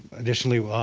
additionally,